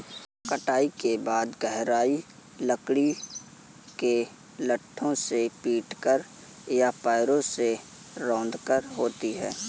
कटाई के बाद गहराई लकड़ी के लट्ठों से पीटकर या पैरों से रौंदकर होती है